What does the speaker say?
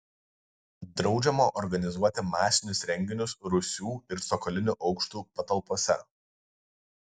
draudžiama organizuoti masinius renginius rūsių ir cokolinių aukštų patalpose